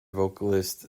vocalist